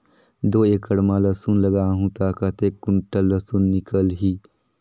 दो एकड़ मां लसुन लगाहूं ता कतेक कुंटल लसुन निकल ही?